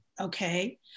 Okay